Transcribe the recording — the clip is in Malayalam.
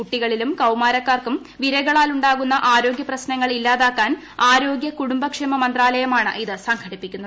കുട്ടികളിലും കൌമാരക്കാർക്കും വിരകളാലുണ്ടാകുന്ന ആരോഗ്യപ്രശ്നങ്ങൾ ഇല്ലാതാക്കാൻ ആരോഗ്യ കുടുംബക്ഷേമ മന്ത്രാലയമാണ് ഇത് സംഘടിപ്പിച്ചിരിക്കുന്നത്